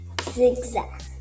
Zigzag